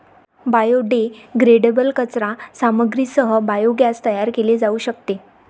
biodegradable कचरा सामग्रीसह biogas तयार केले जाऊ शकते